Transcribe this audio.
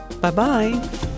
Bye-bye